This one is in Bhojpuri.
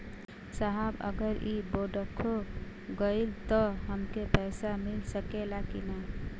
साहब अगर इ बोडखो गईलतऽ हमके पैसा मिल सकेला की ना?